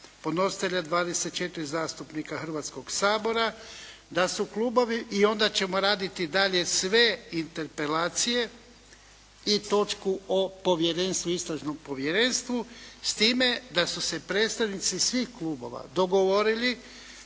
četiri zastupnika Hrvatskog sabora, da su klubovi i onda ćemo raditi dalje sve interpelacije i točku o povjerenstvu istražnom povjerenstvu, s time da su se predstavnici svih klubova dogovorili